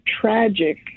tragic